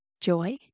joy